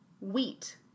Wheat